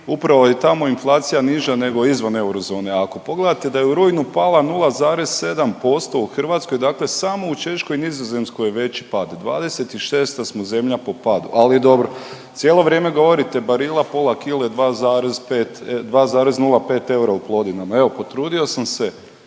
upravo je i tamo inflacija niža nego izvan eurozone, a ako pogledate da je u rujnu pala 0,7% u Hrvatskoj, dakle samo u Češkoj i Nizozemskoj je veći pad, 26 smo zemlja po padu, ali dobro. Cijelo vrijeme govorite Barila pola kile 2,5, 2,05 eura u Plodinama evo potrudio sam se